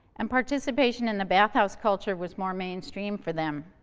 and participation in the bathhouse culture was more mainstream for them.